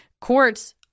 courts